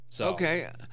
Okay